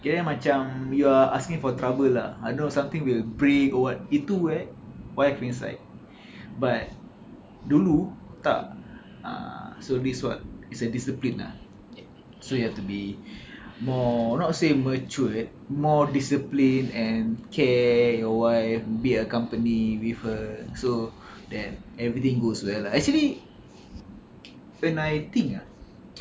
kiranya macam you're asking for trouble lah I know something will break or what itu eh wife punya side but dulu tak ah so this what is a discipline ah so you have to be more not say matured more discipline and care your wife be accompany with her so that everything goes well actually when I think ah